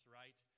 right